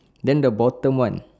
then the bottom one